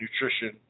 nutrition